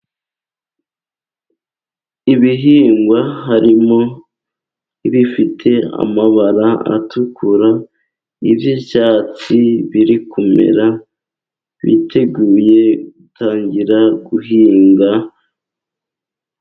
Ibihingwa harimo ibifite amabara atukura ,iby'ibyatsi biri kumera , biteguye gutangira guhinga.